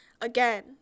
again